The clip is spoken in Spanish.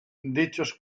dichos